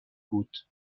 بود